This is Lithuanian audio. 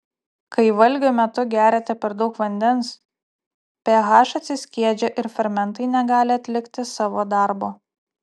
kai valgio metu geriate per daug vandens ph atsiskiedžia ir fermentai negali atlikti savo darbo